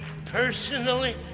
personally